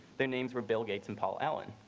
their names were bill gates and paul allen.